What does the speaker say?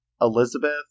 Elizabeth